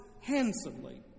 handsomely